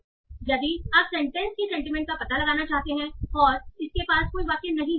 इसलिए यदि आप सेंटेंस की सेंटीमेंट का पता लगाना चाहते हैं और इसके पास कोई वाक्य नहीं है